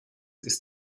ist